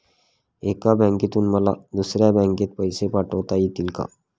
एका बँकेतून मला दुसऱ्या बँकेत पैसे पाठवता येतील का?